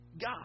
God